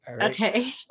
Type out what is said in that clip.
okay